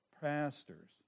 pastors